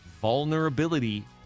vulnerability